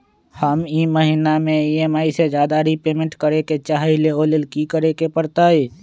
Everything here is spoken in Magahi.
हम ई महिना में ई.एम.आई से ज्यादा रीपेमेंट करे के चाहईले ओ लेल की करे के परतई?